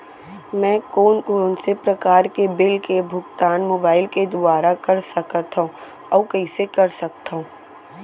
मैं कोन कोन से प्रकार के बिल के भुगतान मोबाईल के दुवारा कर सकथव अऊ कइसे कर सकथव?